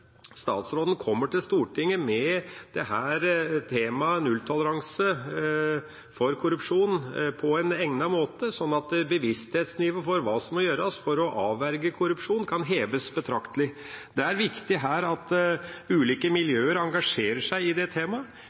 statsråden kommer til Stortinget med temaet nulltoleranse for korrupsjon på en egnet måte, sånn at bevissthetsnivået for hva som må gjøres for å avverge korrupsjon, kan heves betraktelig. Det er viktig her at ulike miljøer engasjerer seg i det temaet.